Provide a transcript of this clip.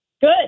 good